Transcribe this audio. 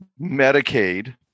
Medicaid